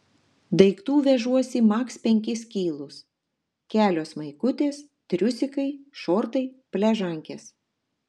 daiktų vežuosi maks penkis kilus kelios maikutės triusikai šortai pležankės